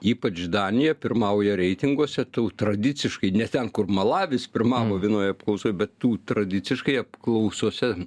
ypač danija pirmauja reitinguose tų tradiciškai ne ten kur malavis pirmavo vienoj apklausoj bet tų tradiciškai apklausose